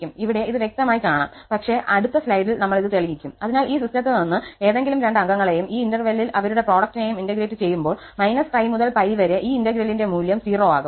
ഇവിടെ ഇത് വ്യക്തമായി കാണാം പക്ഷേ അടുത്ത സ്ലൈഡിൽനമ്മൾ ഇത് തെളിയിക്കും അതിനാൽ ഈ സിസ്റ്റത്തിൽ നിന്ന് ഏതെങ്കിലും രണ്ട് അംഗങ്ങളെയും ഈ ഇന്റർവെലിൽ അവരുടെ പ്രൊഡക്ടിനെയും ഇന്റഗ്രേറ്റ് ചെയ്യുമ്പോൾ 𝜋 മുതൽ 𝜋 വരെ ഈ ഇന്റെഗ്രേലിന്റെ മൂല്യം 0 ആകും